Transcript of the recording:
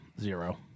Zero